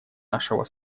нашего